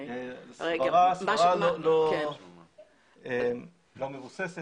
סברה לא מבוססת.